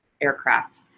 aircraft